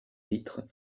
vitres